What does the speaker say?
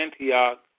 Antioch